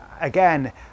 again